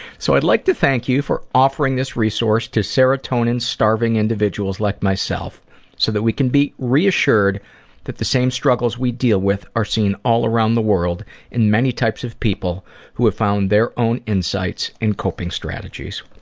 so i'd like to thank you for offering this resource to serotonin-starving individuals like myself so we can be reassured that the same struggles we deal with are seen all around the world in many types of people who have found their own insights and coping strategies.